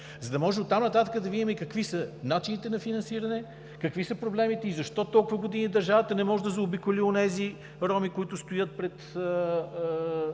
за да може оттам нататък да видим какви са начините на финансиране, какви са проблемите и защо толкова години държавата не може да заобиколи онези роми, които стоят пред